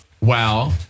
Wow